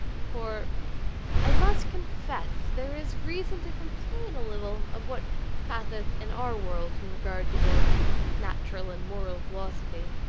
for i must confess there is reason to complain a little of what passeth in our world in regard to both natural and moral philosophy.